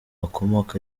bakomoka